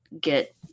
get